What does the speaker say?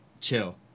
Chill